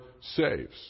saves